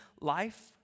life